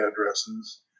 addresses